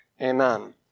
Amen